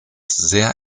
sehr